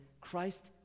christ